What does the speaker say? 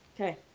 Okay